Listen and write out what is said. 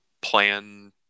plan